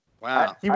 Wow